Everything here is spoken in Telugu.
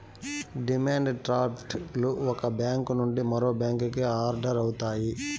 డిమాండ్ డ్రాఫ్ట్ లు ఒక బ్యాంక్ నుండి మరో బ్యాంకుకి ఆర్డర్ అవుతాయి